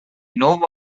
nuovo